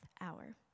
hour